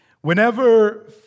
Whenever